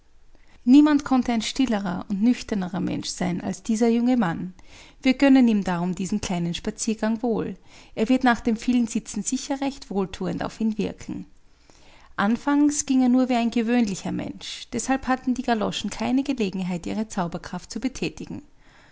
niemand konnte ein stillerer und nüchternerer mensch sein als dieser junge mann wir gönnen ihm darum diesen kleinen spaziergang wohl er wird nach dem vielen sitzen sicher recht wohlthuend auf ihn wirken anfangs ging er nur wie ein gewöhnlicher mensch deshalb hatten die galoschen keine gelegenheit ihre zauberkraft zu bethätigen